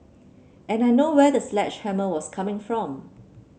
and I know where the sledgehammer was coming from